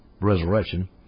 resurrection